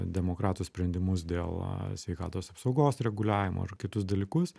demokratų sprendimus dėl sveikatos apsaugos reguliavimo ar kitus dalykus